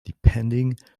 depending